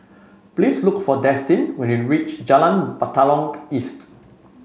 please look for Destin when you reach Jalan Batalong East